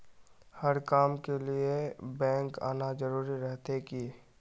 हर काम के लिए बैंक आना जरूरी रहते की?